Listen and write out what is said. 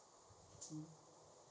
um